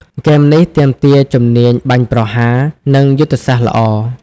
ហ្គេមនេះទាមទារជំនាញបាញ់ប្រហារ និងយុទ្ធសាស្ត្រល្អ។